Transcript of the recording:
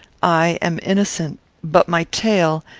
i am innocent but my tale,